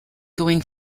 going